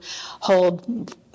hold